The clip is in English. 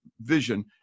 vision